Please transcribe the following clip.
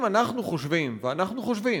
אם אנחנו חושבים, ואנחנו אכן חושבים,